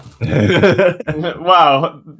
Wow